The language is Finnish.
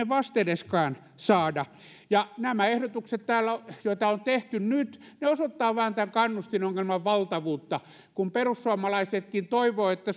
vastedeskään saada nämä ehdotukset täällä joita on tehty nyt osoittavat vain tämän kannustinongelman valtavuutta kun perussuomalaisetkin toivovat että